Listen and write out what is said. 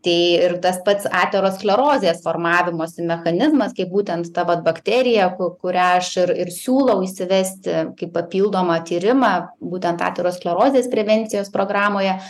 tai ir tas pats aterosklerozės formavimosi mechanizmas kaip būtent ta vat bakterija ku kurią aš ir ir siūlau įsivesti kaip papildomą tyrimą būtent aterosklerozės prevencijos programoje